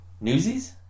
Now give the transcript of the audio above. Newsies